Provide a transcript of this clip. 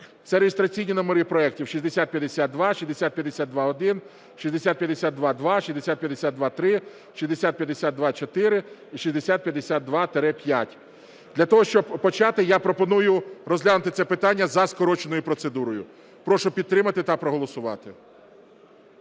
(це реєстраційні номери: 6052, 6052-1, 6052-2, 6052-3, 6052-4 і 6052-5). Для того, щоб почати, я пропоную розглянути це питання за скороченою процедурою. Прошу підтримати та проголосувати.